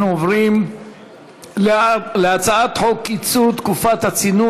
אנחנו עוברים להצעת חוק קיצור תקופת הצינון